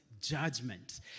judgment